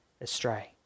astray